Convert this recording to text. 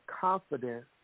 confidence